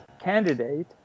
candidate